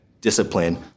discipline